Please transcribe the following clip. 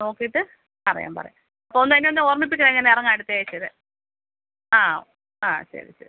നോക്കിയിട്ട് പറയാൻ പറയാം അപ്പോൾ എന്നെ ഒന്ന് ഒന്നോർമ്മിപ്പിക്കണേ ഞാൻ ഇറങ്ങാം അടുത്ത ആഴ്ച്ചയില് ആ ആ ശരി ശരി